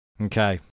Okay